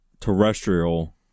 terrestrial